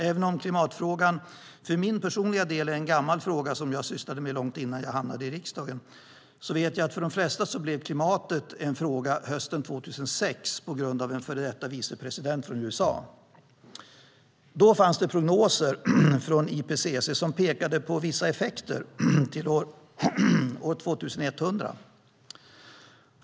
Även om klimatfrågan för min personliga del är en gammal fråga, som jag sysslade med långt innan jag hamnade i riksdagen, vet jag att klimatet för de flesta blev en fråga hösten 2006 på grund av en före detta vicepresident från USA. Då fanns det prognoser från IPCC som pekade på vissa effekter till år 2100.